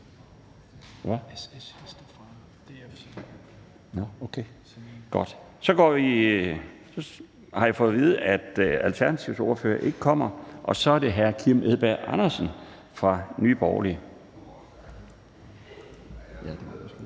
Så har jeg fået at vide, at Alternativets ordfører ikke kommer, og så er det hr. Kim Edberg Andersen fra Nye Borgerlige. Værsgo til